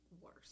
worse